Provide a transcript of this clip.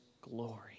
glory